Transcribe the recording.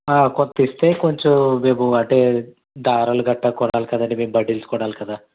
కొంత ఇస్తే కొంచెం మేము అంటే దారాలు గట్రా కొనాలి కదండి మేము బండిల్స్ కొనాలి కదా